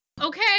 Okay